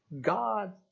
God